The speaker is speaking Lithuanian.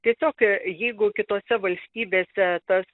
tiesiog jeigu kitose valstybėse tas